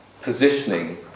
positioning